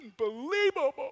Unbelievable